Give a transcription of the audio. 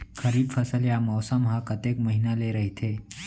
खरीफ फसल या मौसम हा कतेक महिना ले रहिथे?